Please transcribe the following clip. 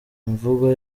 imvugo